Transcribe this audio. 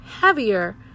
heavier